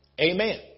Amen